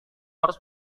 harus